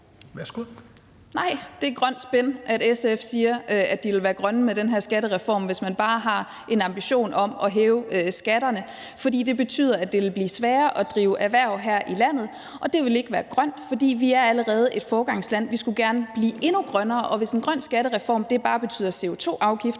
(V): Nej, det er grønt spin, at SF siger, at de vil være grønne med den her skattereform, hvis man bare har en ambition om at hæve skatterne. For det betyder, at det vil blive sværere at drive erhverv her i landet, og det vil ikke være grønt. Vi er allerede et foregangsland, og vi skulle gerne blive endnu grønnere. Og hvis en grøn skattereform bare betyder CO2-afgifter,